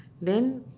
then